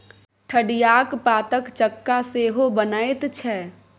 ठढियाक पातक चक्का सेहो बनैत छै